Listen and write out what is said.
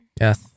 Yes